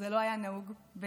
זה לא היה נהוג בזמנו,